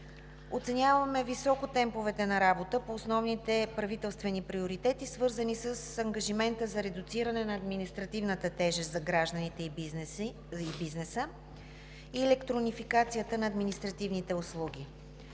Оценяваме високо темповете на работа по основните правителствени приоритети, свързани с ангажимента за редуциране на административната тежест за гражданите и бизнеса и електронификацията на административните услуги.